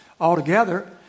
altogether